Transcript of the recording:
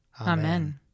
Amen